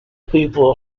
people